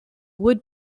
would